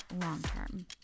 long-term